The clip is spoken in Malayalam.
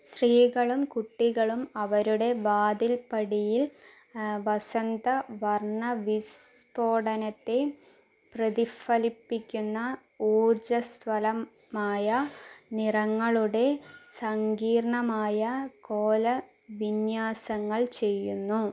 സ്ത്രീകളും കുട്ടികളും അവരുടെ വാതിൽപ്പടിയിൽ വസന്തവര്ണ്ണ വിസ്ഫോടനത്തെ പ്രതിഫലിപ്പിക്കുന്ന ഊർജ്ജസ്വലമായ നിറങ്ങളുടെ സങ്കീർണ്ണമായ കോല വിന്യാസങ്ങള് ചെയ്യുന്നു